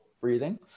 breathing